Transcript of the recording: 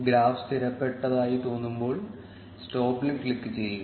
graph സ്ഥിരപ്പെട്ടതായി തോന്നുമ്പോൾ സ്റ്റോപ്പിൽ ക്ലിക്കുചെയ്യുക